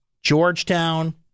Georgetown